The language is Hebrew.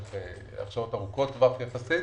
ארוכות טווח יחסית